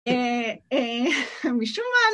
אה... אה... משום מה...